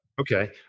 Okay